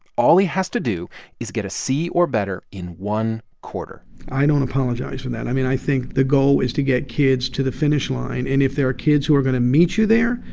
all he has to do is get a c or better in one quarter i don't apologize for that. i mean, i think the goal is to get kids to the finish line. and if there are kids who are going to meet you there,